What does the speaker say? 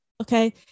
okay